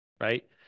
right